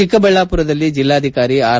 ಚಿಕ್ಕಬಳ್ಳಾಪುರದಲ್ಲಿ ಜಿಲ್ಲಾಧಿಕಾರಿ ಆರ್